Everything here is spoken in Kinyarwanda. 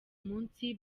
munsi